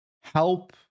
help